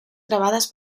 grabadas